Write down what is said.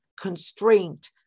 constraint